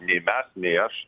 nei mes nei aš